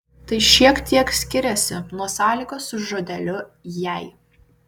tai šiek tiek skiriasi nuo sąlygos su žodeliu jei